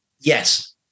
Yes